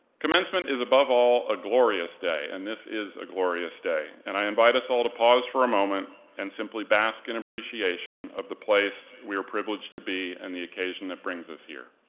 commencement is, above all, a glorious day, and this is a glorious day, and i invite us all to pause for a moment and simply bask in appreciation of the place we are privileged to be and the occasion that brings us here.